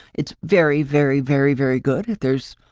it's very, very, very, very good. there's,